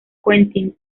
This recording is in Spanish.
quentin